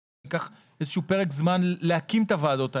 לנו ייקח פרק זמן להקים את הוועדות האלה.